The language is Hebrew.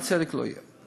בשערי צדק לא יהיה.